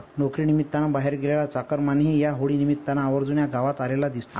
तर नोकरी निमित्तानं बाहेर गेलेला चाकरमानीही या होळीनिमित्तानं आवर्जून गावात आलेला असतोय